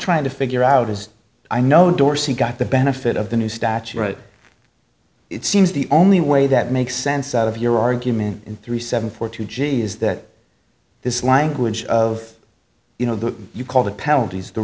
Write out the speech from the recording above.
trying to figure out as i know dorsey got the benefit of the new statue right it seems the only way that makes sense out of your argument in three seven four two g is that this language of you know that you call the palette the